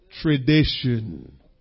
Tradition